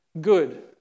good